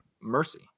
mercy